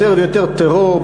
יותר ויותר טרור,